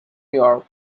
york